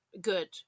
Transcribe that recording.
good